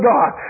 God